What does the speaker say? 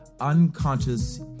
unconscious